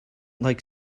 like